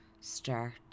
start